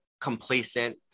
complacent